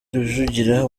rujugira